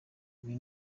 ibi